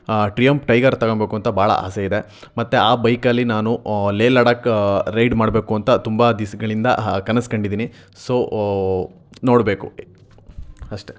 Triumph Tiger ತಗಂಬೇಕು ಅಂತ ಭಾಳ ಆಸೆ ಇದೆ ಮತ್ತು ಆ ಬೈಕಲ್ಲಿ ನಾನು ಲೇಹ್ ಲಡಾಕ್ ರೈಡ್ ಮಾಡಬೇಕು ಅಂತ ತುಂಬ ದಿವ್ಸಗಳಿಂದ ಕನಸು ಕಂಡಿದ್ದೀನಿ ಸೊ ನೋಡಬೇಕು ಅಷ್ಟೇ